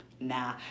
nah